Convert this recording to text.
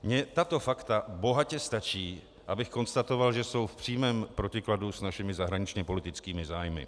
Mně tato fakta bohatě stačí, abych konstatoval, že jsou v přímém protikladu s našimi zahraničněpolitickými zájmy.